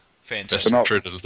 Fantastic